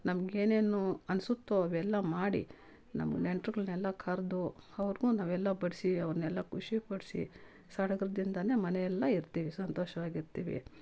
ನಮಗೇನೇನು ಅನಿಸುತ್ತೋ ಅವೆಲ್ಲ ಮಾಡಿ ನಮ್ಮ ನೆಂಟ್ರುಗಳ್ನೆಲ್ಲ ಕರೆದು ಅವ್ರಿಗು ನಾವೆಲ್ಲ ಬಡಿಸಿ ಅವ್ರನೆಲ್ಲ ಖುಷಿ ಪಡಿಸಿ ಸಡಗರ್ದಿಂದ ಮನೆಯೆಲ್ಲ ಇರ್ತೀವಿ ಸಂತೋಷವಾಗಿರ್ತಿವಿ